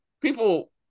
people